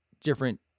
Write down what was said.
different